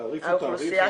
תעריף הוא תעריף.